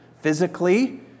physically